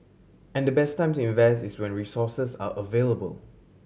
and the best time to invest is when resources are available